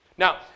Now